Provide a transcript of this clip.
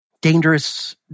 dangerous